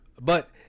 But-